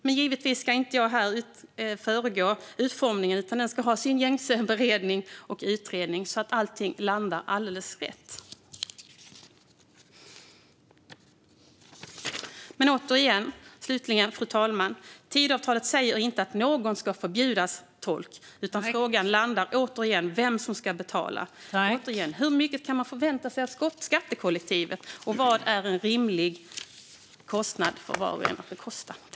Men givetvis ska inte jag här föregå utformningen, utan den ska ha sin gängse beredning och utredning så att allting landar alldeles rätt. Återigen, fru talman: Tidöavtalet säger inte att någon ska förbjudas tolk, utan frågan landar i vem som ska betala. Hur mycket kan man förvänta sig av skattekollektivet, och vad är en rimlig kostnad för var och en att stå för?